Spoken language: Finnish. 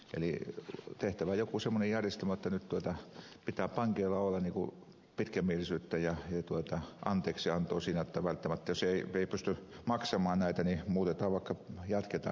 eli on tehtävä joku semmoinen järjestelmä jotta nyt pitää pankeilla olla pitkämielisyyttä ja anteeksiantoa jotta jos ei pysty maksamaan niin jatketaan vaikka sitä laina aikaa